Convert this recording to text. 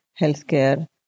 healthcare